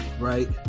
right